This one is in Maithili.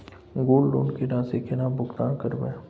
गोल्ड लोन के राशि केना भुगतान करबै?